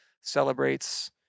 celebrates